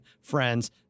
friends